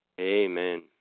Amen